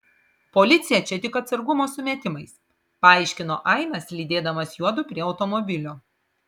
policija čia tik atsargumo sumetimais paaiškino ainas lydėdamas juodu prie automobilio